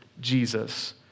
Jesus